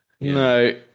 No